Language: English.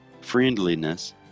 friendliness